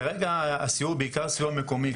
כרגע הסיוע הוא בעיקר סיוע מקומי,